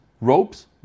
ropes